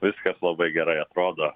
viskas labai gerai atrodo